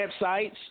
websites